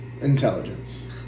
Intelligence